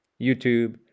YouTube